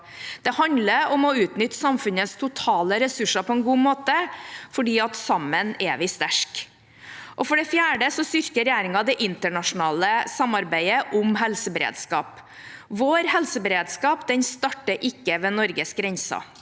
Det handler om å utnytte samfunnets totale ressurser på en god måte, for sammen er vi sterke. For det fjerde styrker regjeringen det internasjonale samarbeidet om helseberedskap. Vår helseberedskap starter ikke ved Norges grenser.